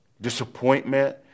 disappointment